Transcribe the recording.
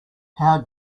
how